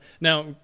Now